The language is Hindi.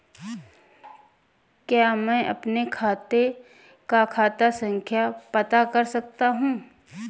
क्या मैं अपने खाते का खाता संख्या पता कर सकता हूँ?